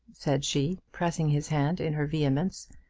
said she, pressing his hand in her vehemence.